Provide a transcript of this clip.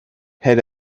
had